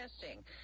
testing